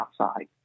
outside